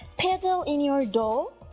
pedal in your dog,